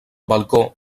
balcó